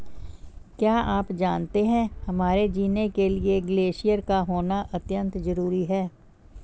क्या आप जानते है हमारे जीने के लिए ग्लेश्यिर का होना अत्यंत ज़रूरी है?